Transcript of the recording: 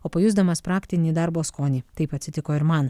o pajusdamas praktinį darbo skonį taip atsitiko ir man